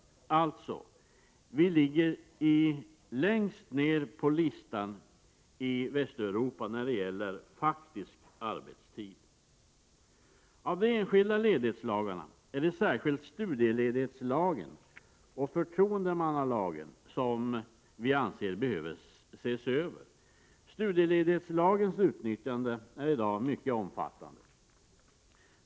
Vi ligger alltså längst ned på listan i Västeuropa när det gäller faktisk arbetstid. Av de enskilda ledighetsdagarna är det särskilt studieledighetslagen och förtroendemannalagen som vi anser behöver ses över. Studieledighetslagens utnyttjande är i dag mycket omfattande.